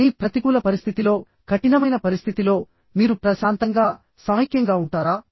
కానీ ప్రతికూల పరిస్థితిలో కఠినమైన పరిస్థితిలో మీరు ప్రశాంతంగా సమైక్యంగా ఉంటారా